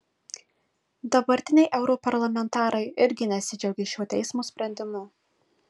dabartiniai europarlamentarai irgi nesidžiaugė šiuo teismo sprendimu